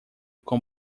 com